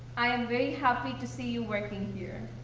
i am very happy to see you working here.